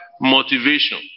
motivation